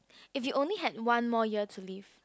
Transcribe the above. if you only had one more year to live